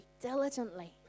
diligently